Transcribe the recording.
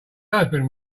husband